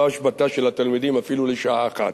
השבתה של התלמידים אפילו לשעה אחת.